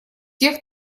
тех